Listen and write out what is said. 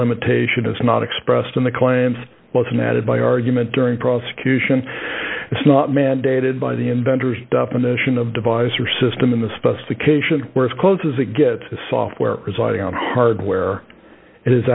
limitation is not expressed in the claimed was an added by argument during prosecution it's not mandated by the inventors definition of device or system in the specifications where as close as it gets to software presiding on hardware it is